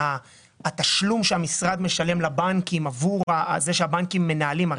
התשלום שהמשרד משלם לבנקים עבור זה שהבנקים מנהלים את זה.